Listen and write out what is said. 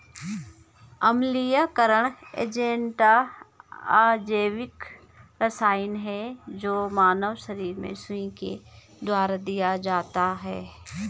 अम्लीयकरण एजेंट अजैविक रसायन है जो मानव शरीर में सुई के द्वारा दिया जाता है